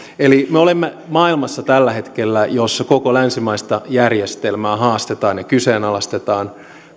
eli me olemme tällä hetkellä maailmassa jossa koko länsimaista järjestelmää haastetaan ja kyseenalaistetaan